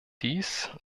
dies